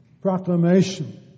proclamation